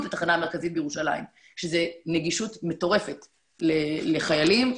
לתחנה המרכזית בירושלים שזה נגישות מטורפת לחיילים,